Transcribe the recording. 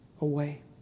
away